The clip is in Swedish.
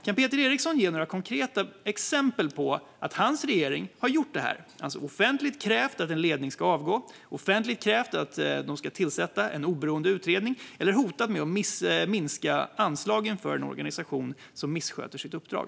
Kan Peter Eriksson ge några konkreta exempel på att hans regering har gjort detta, alltså offentligt krävt att en ledning ska avgå, offentligt krävt att en oberoende utredning ska tillsättas eller hotat med att minska anslagen för en organisation som missköter sitt uppdrag?